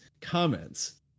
comments